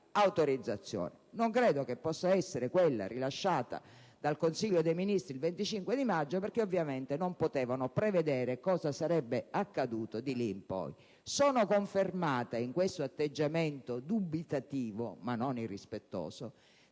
Non credo che possa essere quella rilasciata dal Consiglio dei ministri il 25 maggio perché, ovviamente, non potevano prevedere cosa sarebbe accaduto di lì in poi. Sono confermata in questo atteggiamento dubitativo, ma non irrispettoso,